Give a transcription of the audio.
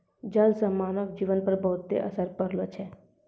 जल से मानव जीवन पर बहुते असर पड़लो छै